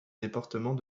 département